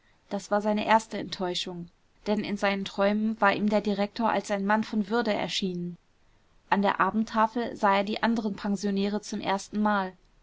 das war seine erste enttäuschung denn in seinen träumen war ihm der direktor als ein mann von würde erschienen an der abendtafel sah er die anderen pensionäre zum erstenmal